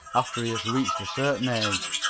after he has reached a certain age.